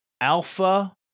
Alpha